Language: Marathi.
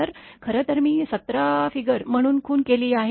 तर खरं तर मी १७ फिगर म्हणून खूण केली आहे